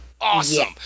awesome